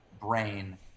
brain